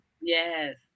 Yes